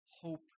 hope